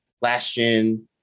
last-gen